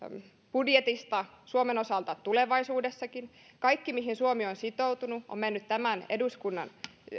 budjetista suomen osalta tulevaisuudessakin kaikki mihin suomi on sitoutunut on mennyt tämän eduskunnan